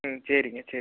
ம் சரிங்க சரி